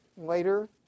later